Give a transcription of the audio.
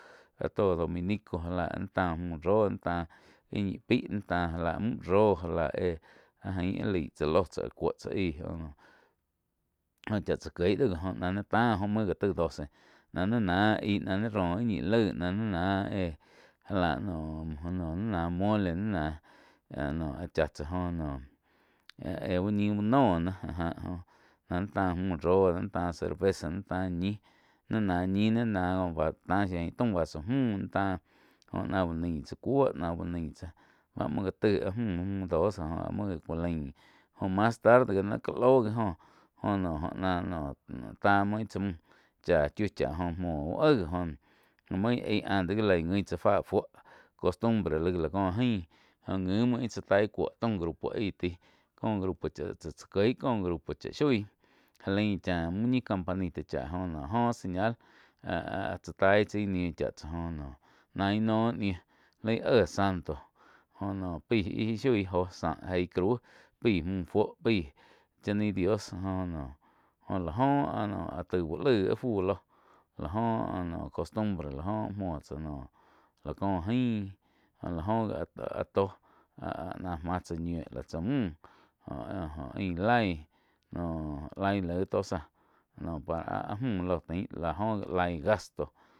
Ah tó dominico já lá ni tá mü róh, ni tá áh ñi pei, ni tá já lá mü ró já lá éh áh jain áh laig tsá lóh áh cuo tsá aíh. Ah chá tsá kieg gi do joh náh ni táh joh muo jáh taih doce náh ni náh aig níh róh áh ñi laig ni náh éh já lá noh, ni náh mole ni náh áh no áh chá tsá joh éh-éh úh ñih úh noh no náh, náh ni táh mü ró ni táh cerveza, ni táh ñih ni ná ñi, ni náh tá shiu ain taum vaso múh nih táh. Náh uh nain tsá cuoh náh uh nain tsáh báh muo já taig áh müh-müh dos ná uh nain tsá muo gá cu lain joh mas tarde ká loh gi oh joh no óh náh tá muo íh tsáh chá chiu cháh muo úh éh gi oh náh main aig ante gi lai nguin tsá fáh fuo costumbre laig lá cóh gain joh ngui muo íh tsá taí kuo taum grupo aí tai có grupo cháh tsá jieg có grupo chá shoi já lain chá mü ñi campanita chá jo noh áhjoh señal áh-áh tsá taí chai nih chá tsá jo noh náh íh noh ñiu lai éh santo joh noh paíh íh shoi jo náh eig crau paih múh fuo chá naí dios joh noh joh la joh áh úh laig áh fu lo la joh áh no costumbre muo tsá noh láh có gain áh la joh gi áh-áh tó áh náh má tsáh ñiu lá tsá müh jo-jo aín lai noh laig tó záh noh para áh müh ló tain lá jo gi laig gasto.